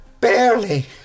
Barely